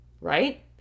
right